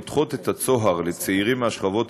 פותחות את הצוהר לצעירים מהשכבות